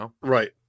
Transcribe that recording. Right